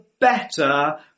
better